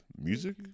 Music